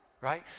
Right